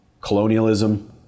colonialism